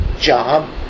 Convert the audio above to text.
job